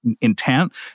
intent